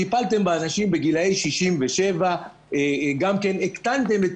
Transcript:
טיפלתם באנשים בגילאי 67. גם כן הקטנתם את